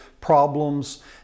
problems